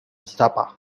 zappa